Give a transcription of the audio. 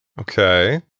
Okay